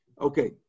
Okay